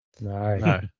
No